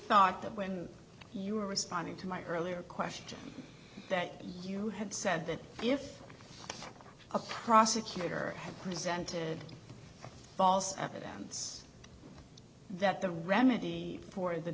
thought that when you were responding to my earlier question that you had said that if a prosecutor had presented false evidence that the remedy for the